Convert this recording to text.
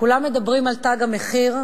כולם מדברים על תג המחיר,